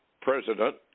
president